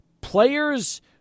players